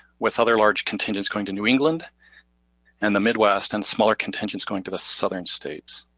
with other large contingents going to new england and the midwest, and smaller contingents going to the southern states.